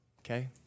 Okay